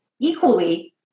equally